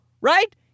Right